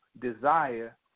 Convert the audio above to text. desire